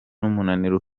n’umunaniro